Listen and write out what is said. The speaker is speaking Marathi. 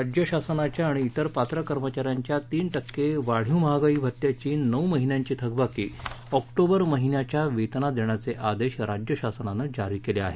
राज्य शासनाच्या आणि त्विर पात्र कर्मचाऱ्यांच्या तीन टक्के वाढीव महागाई भत्त्याची नऊ महिन्याची थकबाकी ऑक्टोबर महिन्याच्या वेतनात देण्याचे आदेश राज्य शासनानं जारी केले आहेत